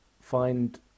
find